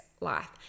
life